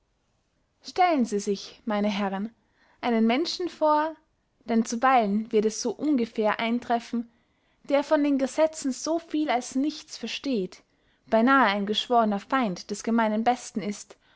stellen sie sich meine herren einen menschen vor denn zuweilen wird es so ungefehr eintreffen der von den gesetzen so viel als nichts versteht beynahe ein geschworner feind des gemeinen besten ist